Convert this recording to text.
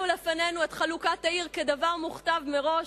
לפנינו את חלוקת העיר כדבר מוכתב מראש,